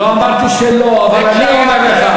לא אמרתי שלא, אבל אני אענה לך.